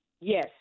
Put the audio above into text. Yes